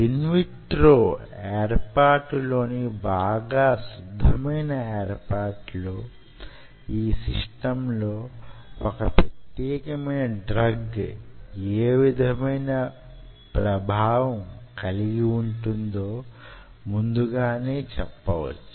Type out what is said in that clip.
in vitro ఏర్పాటులోని బాగా శుద్ధమైన ఏర్పాటులో యీ సిస్టంలో వొక ప్రత్యేకమైన డ్రగ్ యే విధమైన ప్రభావం కలిగి వుంటుందో ముందుగానే చెప్ప వచ్చు